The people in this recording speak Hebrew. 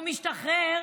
הוא משתחרר